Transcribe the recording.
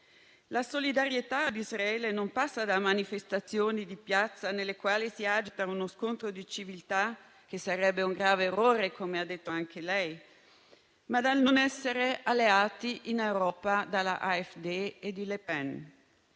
La solidarietà di Israele non passa da manifestazioni di piazza nelle quali si agita uno scontro di civiltà, che sarebbe un grave errore, come ha detto anche lei, ma dal non essere alleati in Europa della AfD e di Le Pen.